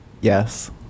Yes